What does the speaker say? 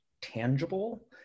tangible